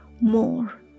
more